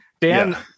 dan